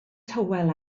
tywel